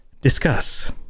discuss